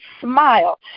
smile